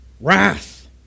wrath